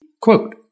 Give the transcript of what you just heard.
quote